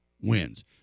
wins